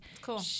Cool